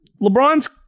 LeBron's